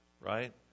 right